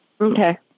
Okay